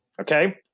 Okay